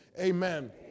Amen